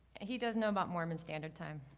and he does know about mormon standard time.